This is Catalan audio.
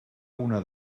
una